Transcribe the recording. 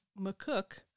McCook